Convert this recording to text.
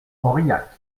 aurillac